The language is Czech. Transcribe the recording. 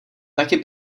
taky